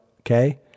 okay